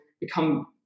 become